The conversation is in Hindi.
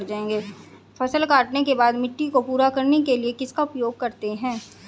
फसल काटने के बाद मिट्टी को पूरा करने के लिए किसका उपयोग करते हैं?